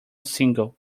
single